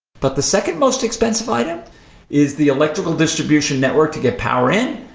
but the second most expensive item is the electrical distribution network to get power in,